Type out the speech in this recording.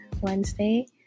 Wednesday